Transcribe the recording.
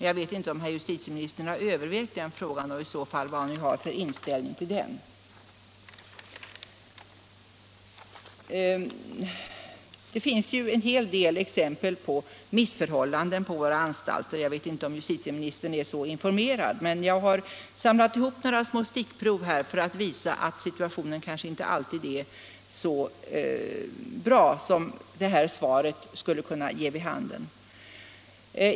Jag vet inte om justitieministern har övervägt den frågan och i så fall vilken inställning ni har till den. Det finns ju en hel del exempel på missförhållanden på våra anstalter. Jag vet inte hur informationen är, men jag har samlat ihop några små stickprov för att visa att situationen kanske inte alltid är så bra som justitieministerns svar skulle kunna ge vid handen.